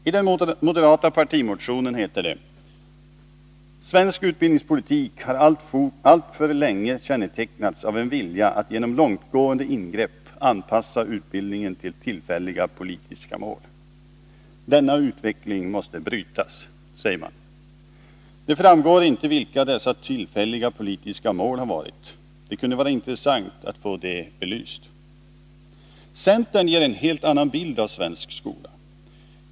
I den moderata partimotionen heter det: ”Svensk utbildningspolitik har alltför länge kännetecknats av en vilja att genom långtgående ingrepp anpassa utbildningen till tillfälliga politiska mål.” Denna utveckling måste brytas, säger moderaterna. Det framgår inte vilka dessa tillfälliga politiska mål har varit. Det kunde vara intressant att få det belyst. Centern ger en helt annan bild av svensk skola.